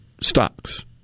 stocks